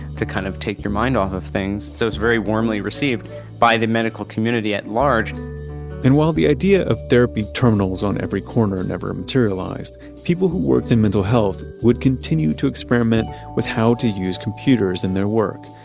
to kind of take your mind off of things. so it was very warmly received by the medical community at large and while the idea of therapy terminals on every corner never materialized, people who worked in mental health would continue to experiment with how to use computers in their work.